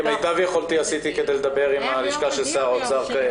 אני כמיטב יכולתי עשיתי כדי לדבר עם הלשכה של שר האוצר.